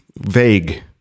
vague